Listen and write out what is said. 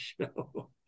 show